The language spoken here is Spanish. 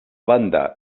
banda